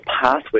pathway